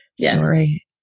story